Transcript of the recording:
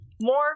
more